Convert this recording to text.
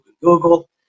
Google